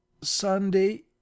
Sunday